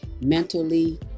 mentally